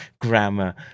grammar